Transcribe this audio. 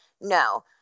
No